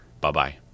Bye-bye